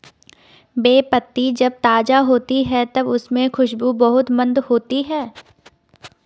बे पत्ती जब ताज़ा होती है तब उसमे खुशबू बहुत मंद होती है